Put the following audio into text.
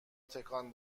تکان